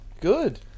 Good